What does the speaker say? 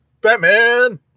batman